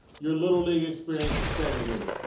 your little league experience is segregated.